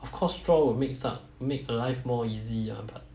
of course straw will makes up make life more easy ah but